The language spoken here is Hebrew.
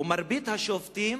ורוב השופטים